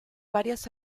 varias